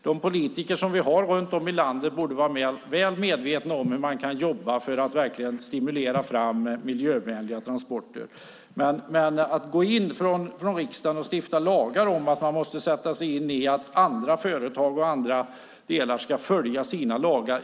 De politiker som vi har runt om i landet borde vara väl medvetna om hur man kan jobba för att verkligen stimulera miljövänliga transporter. Jag tycker inte att vi från riksdagens sida ska gå in och stifta lagar om att man måste försäkra sig om att företag och andra följer sina lagar.